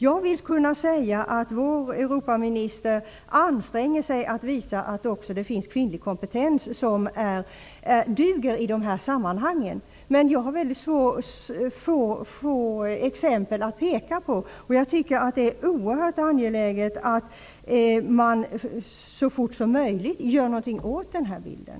Jag vill kunna säga att vår europaminister anstränger sig för att visa att det också finns kvinnlig kompetens som duger i de här sammanhangen. Men jag har väldigt få exempel att peka på. Jag tycker att det är oerhört angeläget att så fort som möjligt göra något konkret åt den här bilden.